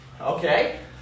Okay